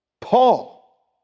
Paul